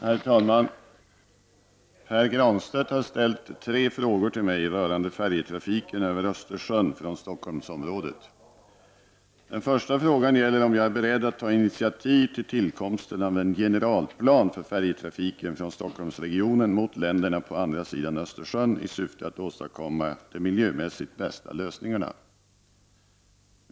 Herr talman! Pär Granstedt har ställt tre frågor till mig rörande färjetrafiken över Östersjön från Stockholmsområdet. Den första frågan gäller om jag är beredd att ta initiativ till tillkomsten av en generalplan för färjetrafiken från Stockholmsregionen mot länderna på andra sida Östersjön i syfte att åstadkomma de miljömässigt bästa lösningarna.